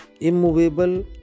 Immovable